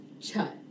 Chut